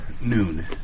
noon